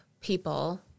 people